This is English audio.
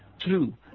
true